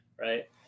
Right